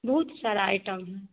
बहुत सारे आइटम हैं